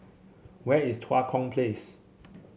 where is Tua Kong Place